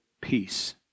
peace